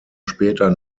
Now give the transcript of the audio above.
später